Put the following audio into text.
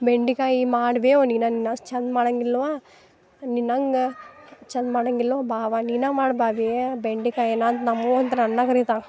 ಬೆಂಡಿಕಾಯಿ ಮಾಡಿ ಬೇ ನಿನ್ನಷ್ಟು ಚಂದ ಮಾಡಂಗಿಲ್ಲವಾ ನಿನ್ನಂಗೆ ಚಂದ ಮಾಡಂಗಿಲ್ಲವ ಬಾವಾ ನೀನು ಮಾಡು ಬಾವೀ ಬೆಂಡಿಕಾಯಿನಾಂತ ನಮ್ಮವ್ವಾಂತ ನನ್ನ ಕರಿತಾಳೆ